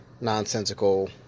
nonsensical